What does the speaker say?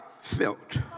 felt